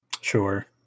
Sure